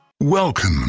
Welcome